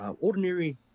ordinary